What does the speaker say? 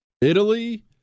Italy